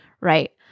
right